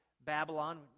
Babylon